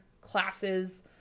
classes